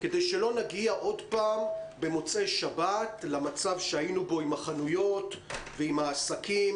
כדי שלא נגיע עוד פעם במוצאי שבת למצב שהיינו בו עם החנויות ועם העסקים